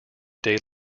day